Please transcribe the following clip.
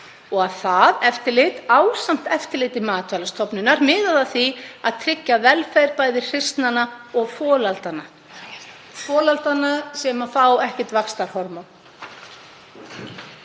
og að það eftirlit ásamt eftirliti Matvælastofnunar miðaði að því að tryggja velferð hryssnanna og folaldanna sem fá ekkert vaxtarhormón.